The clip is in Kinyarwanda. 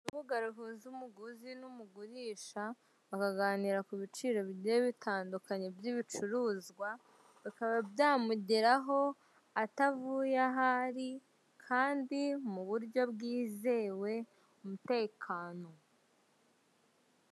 Urubuga ruhuza umuguzi n'umugurisha, bakaganira ku biciro bigiye bitandukanye by'ibicuruzwa, bikaba byamugeraho atavuye aho ari, kandi mu buryo bwizewe, umutekano.